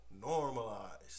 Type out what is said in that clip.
normalized